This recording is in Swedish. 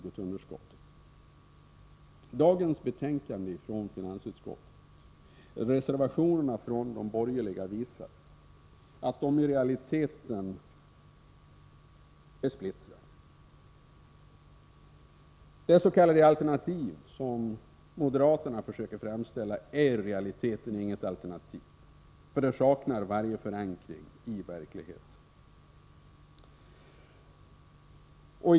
Reservationerna i dagens betänkande från finansutskottet visar att de borgerliga i realiteten är splittrade. Det s.k. alternativet som moderaterna försöker framställa är i realiteten inget alternativ, för det saknar varje förankring i verkligheten.